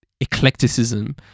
eclecticism